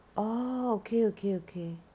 oh okay okay okay